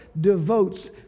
devotes